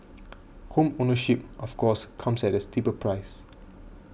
home ownership of course comes at a steeper price